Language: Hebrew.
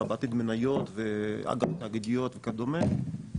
אלא בעתיד מניות ואג"ח תאגידיות וכדומה,